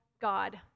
god